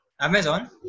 Amazon